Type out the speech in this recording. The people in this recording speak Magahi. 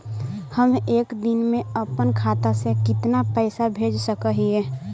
हम एक दिन में अपन खाता से कितना पैसा भेज सक हिय?